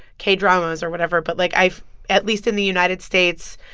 k-dramas or whatever, but, like, i've at least in the united states,